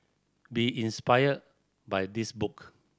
be inspired by this book